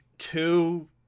Two